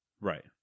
right